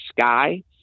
sky